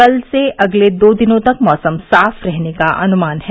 कल से अगले दो दिनों तक मौसम साफ रहने का अनुमान है